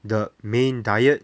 的 main diet